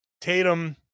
Tatum